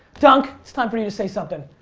dunk, it's time for you to say something.